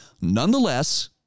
Nonetheless